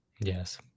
Yes